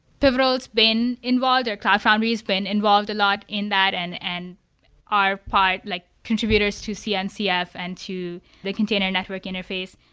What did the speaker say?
pivotal has been involved or cloud foundry has been involved a lot in that and and our part, like contributors to cnf cnf and to the container network interface.